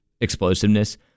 explosiveness